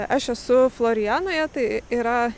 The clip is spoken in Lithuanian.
aš esu florianoje tai yra